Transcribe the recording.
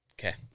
Okay